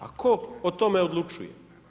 A tko o tome odlučuje?